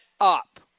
up